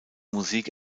musik